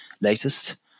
latest